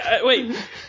wait